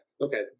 Okay